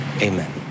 Amen